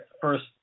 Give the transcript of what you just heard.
first